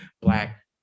Black